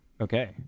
Okay